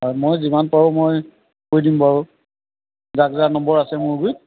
হয় মই যিমান পাৰোঁ মই কৈ দিম বাৰু যাক যাৰ নম্বৰ আছে মোৰগুৰিত